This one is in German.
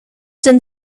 sind